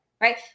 right